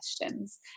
questions